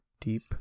Deep